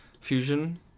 Fusion